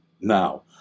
Now